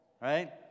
right